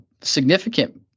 significant